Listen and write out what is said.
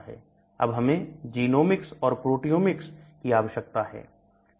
अब हमें Genomics और Proteomics की आवश्यकता है